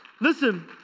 Listen